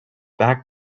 back